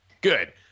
Good